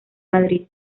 madrid